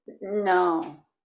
No